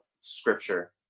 scripture